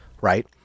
right